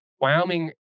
Wyoming